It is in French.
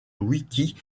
wiki